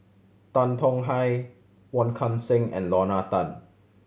Tan Tong Hye Wong Kan Seng and Lorna Tan